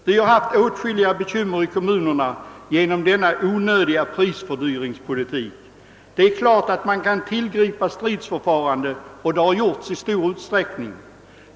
Vi har haft åtskilliga bekymmer i kommunerna genom denna onödiga prisfördyringspolitik. Det är klart att man kan tillgripa stridsförfarande — och det har gjorts i stor utsträckning.